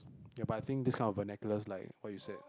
ya but I think these kind of vernaculars like what you said